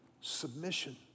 Submission